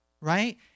right